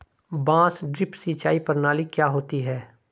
बांस ड्रिप सिंचाई प्रणाली क्या होती है?